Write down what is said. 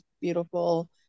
beautiful